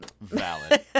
Valid